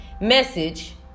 message